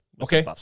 Okay